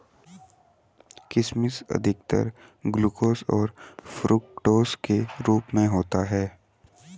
किशमिश अधिकतर ग्लूकोस और फ़्रूक्टोस के रूप में होता है